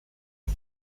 ist